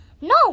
No